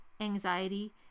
anxiety